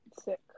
Sick